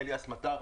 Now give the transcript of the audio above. אליאס מטר.